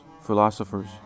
philosophers